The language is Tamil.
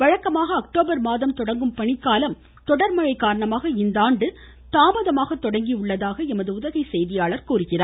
வழக்கமாக அக்டோபர் மாதம் தொடங்கும பனிக்காலம் தொடர்மழைக் காரணமாக இந்த ஆண்டு தாமதமாக தொடங்கி உள்ளதாக எமது செய்தியாளர் தெரிவிக்கிறார்